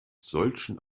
solchen